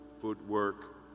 footwork